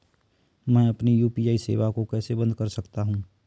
मैं अपनी यू.पी.आई सेवा को कैसे बंद कर सकता हूँ?